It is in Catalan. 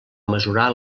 mesurar